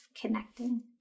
connecting